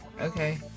okay